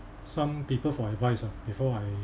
some people for advice ah before I